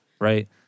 Right